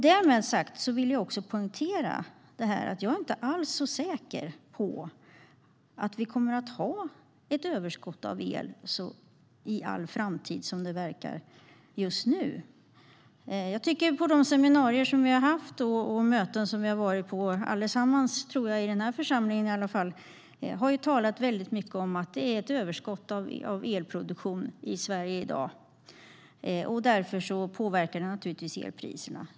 Därmed vill jag poängtera att jag inte alls är så säker på att det kommer att finnas ett överskott av el i framtiden, inte som det verkar just nu. Under de seminarier och möten som vi har varit på - allesammans i den här församlingen i alla fall - har det talats om att det är ett överskott av elproduktion i Sverige i dag, och det påverkar naturligtvis elpriserna.